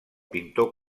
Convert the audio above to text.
pintor